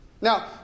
Now